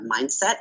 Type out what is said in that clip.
mindset